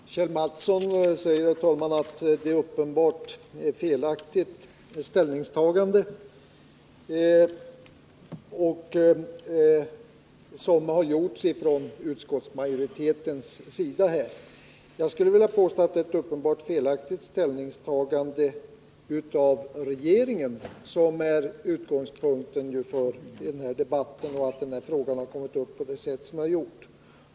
Herr talman! Kjell Mattsson säger att det är uppenbart att det har gjorts ett felaktigt ställningstagande från utskottsmajoritetens sida. Jag skulle vilja påstå att det rör sig om ett uppenbart felaktigt ställningstagande av regeringen, som ju har orsakat att den här frågan kommit upp på det här sättet.